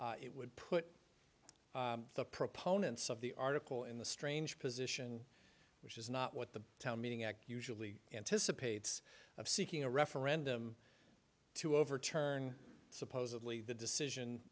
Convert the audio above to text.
it would put the proponents of the article in the strange position which is not what the town meeting at usually anticipates of seeking a referendum to overturn supposedly the decision